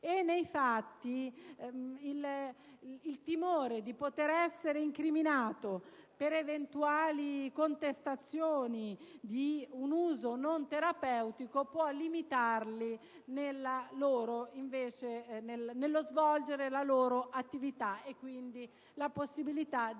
Nei fatti, il timore di poter essere incriminati per eventuali contestazioni di un uso non terapeutico del farmaco può limitarli nello svolgimento della loro attività e quindi riduce la possibilità di